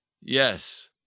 Yes